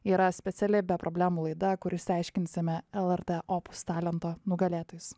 yra speciali be problemų laida kur išsiaiškinsime lrt opus talento nugalėtojus